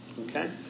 Okay